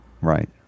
Right